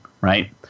Right